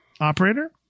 operator